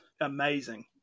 amazing